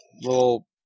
little